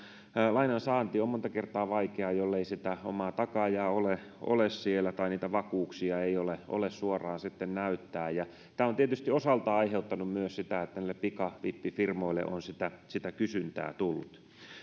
lainan saanti on monta kertaa vaikeaa jollei sitä omaa takaajaa ole ole siellä tai niitä vakuuksia ei ole ole suoraan näyttää myös tämä on tietysti sitten osaltaan aiheuttanut sitä että niille pikavippifirmoille on sitä sitä kysyntää tullut